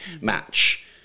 match